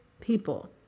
people